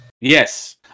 Yes